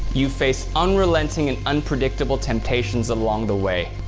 you face unrelenting and unpredictable temptations along the way,